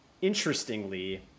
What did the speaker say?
Interestingly